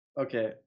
Okay